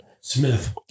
smith